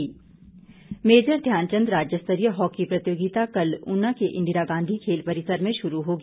hockey tournament major Dhyanchand राज्य स्तरीय hockey प्रतियोगिता कल ऊना के इंदिरा गांधी खेल परिसर में शुरू होगी